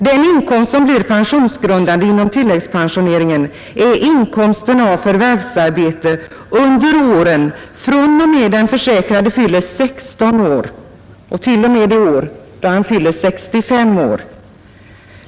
Den inkomst som blir pensionsgrundande inom tilläggspensioneringen är inkomsten av förvärvsarbete under åren från och med då den försäkrade fyller 16 år till och med det år då han fyller 65 år.